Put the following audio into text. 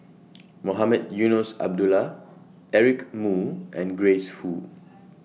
Mohamed Eunos Abdullah Eric Moo and Grace Fu